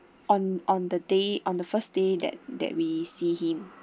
on on the day on the first day that that we see him